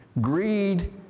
Greed